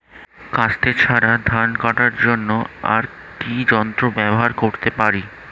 কাস্তে ছাড়া ধান কাটার জন্য আর কি যন্ত্র ব্যবহার করতে পারি?